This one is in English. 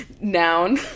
noun